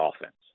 offense